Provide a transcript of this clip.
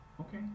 okay